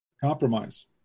Compromise